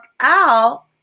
out